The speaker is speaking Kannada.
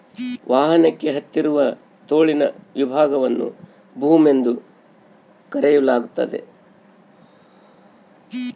ವಾಹನಕ್ಕೆ ಹತ್ತಿರವಿರುವ ತೋಳಿನ ವಿಭಾಗವನ್ನು ಬೂಮ್ ಎಂದು ಕರೆಯಲಾಗ್ತತೆ